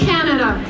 Canada